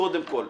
קודם כל,